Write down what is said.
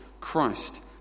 Christ